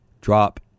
drop